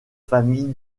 famille